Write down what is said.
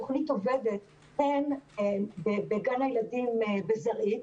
התוכנית עובדת מגן הילדים בזרעית